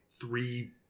three